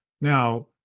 Now